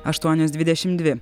aštuonios dvidešim dvi